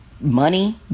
money